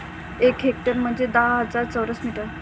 एक हेक्टर म्हणजे दहा हजार चौरस मीटर